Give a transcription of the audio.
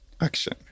Action